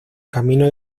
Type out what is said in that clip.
camino